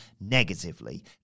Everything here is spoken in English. negatively